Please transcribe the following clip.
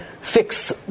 fix